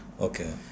Okay